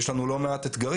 יש לנו לא מעט אתגרים.